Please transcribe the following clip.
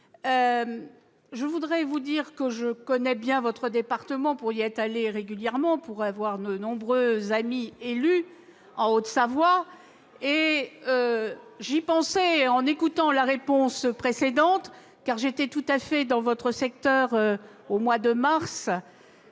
de la République. Je connais bien votre département, pour y être allée régulièrement. J'ai de nombreux amis élus en Haute-Savoie, et j'y pensais en écoutant la réponse précédente, car j'étais tout à fait dans votre secteur au mois de mars,